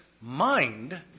mind